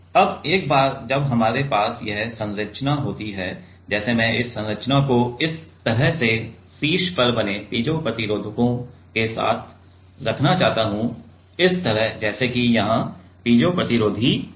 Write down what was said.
अब एक बार जब हमारे पास यह संरचना होती है जैसे मैं इस संरचना को इस तरह से शीर्ष पर बने पीजो प्रतिरोधकों के साथ रखना चाहता हूं इस तरह जैसे कि यहाँ पीजो प्रतिरोधी बने हैं